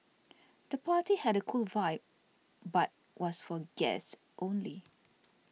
the party had a cool vibe but was for guests only